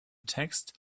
text